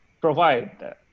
provide